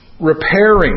repairing